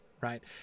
Right